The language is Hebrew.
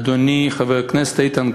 אדוני חבר הכנסת איתן כבל,